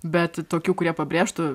bet tokių kurie pabrėžtų